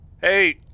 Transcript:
Hey